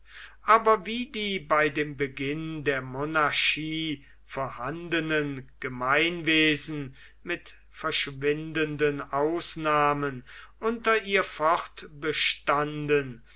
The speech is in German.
aber wie die bei dem beginn der monarchie vorhandenen gemeinwesen mit verschwindenden ausnahmen unter ihr